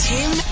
Tim